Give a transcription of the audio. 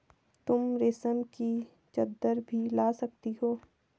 तुम रेशम की चद्दर भी ला सकती हो